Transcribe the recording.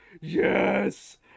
Yes